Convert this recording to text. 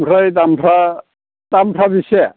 ओमफ्राय दामफ्रा दामफ्रा बेसे